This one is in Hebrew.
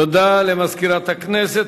תודה למזכירת הכנסת.